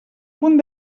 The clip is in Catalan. punt